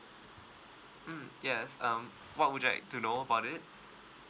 mm yes um what would like to know about it